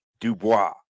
Dubois